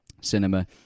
cinema